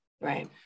right